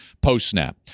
post-snap